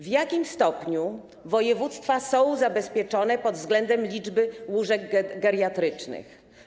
W jakim stopniu województwa są zabezpieczone pod względem liczby łóżek geriatrycznych?